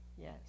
Yes